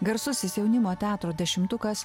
garsusis jaunimo teatro dešimtukas